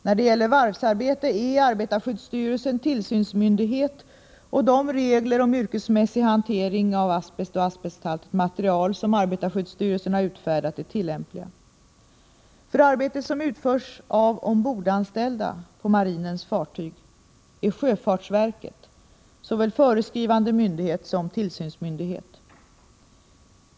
När det gäller varvsarbete är arbetarskyddsstyrelsen tillsynsmyndighet och de regler om yrkesmässig hantering av asbest och asbesthaltigt material som arbetarskyddsstyrelsen har utfärdat tillämpliga. För arbete som utförs av ombordanställda på marinens fartyg är sjöfartsverket såväl föreskrivande myndighet som tillsynsmyndighet.